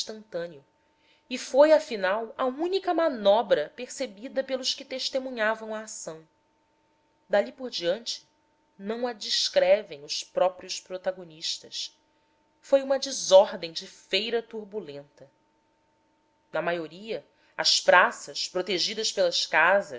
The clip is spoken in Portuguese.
instantâneo e foi afinal a única manobra percebida pelos que testemunhavam a ação dali por diante não a descrevem os próprios protagonistas foi uma desordem de feita turbulenta na maioria as praças protegidas pelas casas